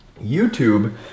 YouTube